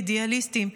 אידיאליסטים,